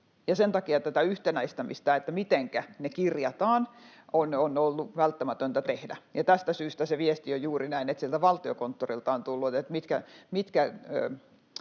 sen takia tätä yhtenäistämistä siinä, mitenkä ne kirjataan, on ollut välttämätöntä tehdä. Tästä syystä se viesti on juuri näin, että sieltä Valtiokonttorilta on tullut se, että mitkä